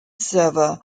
server